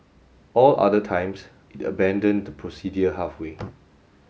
all other times it abandoned the procedure halfway